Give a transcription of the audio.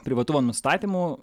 privatumo nustatymų